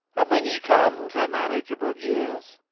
and when ye come to marriageable years,